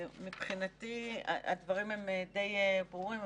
הדברים הם די ברורים,